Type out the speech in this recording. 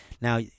Now